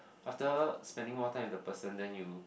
after spending more time with the person then you